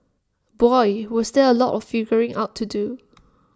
boy was there A lot of figuring out to do